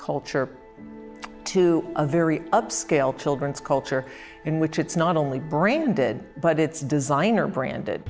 culture to a very upscale children's culture in which it's not only branded but it's designer brand